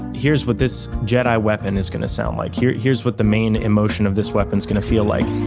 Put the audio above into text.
here's what this jedi weapon is going to sound like. here's here's what the main emotion of this weapon is going to feel like